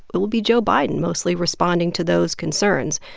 it will be joe biden mostly responding to those concerns.